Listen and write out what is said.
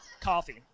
Coffee